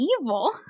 evil